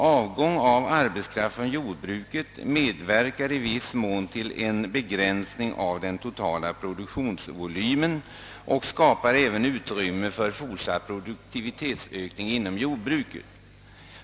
Avgång av arbetskraft från jordbruket medverkar i viss mån till en önskvärd begränsning av den totala produktionsvolymen och skapar även utrymme för fortsatt produktivitetsökning inom jordbruket.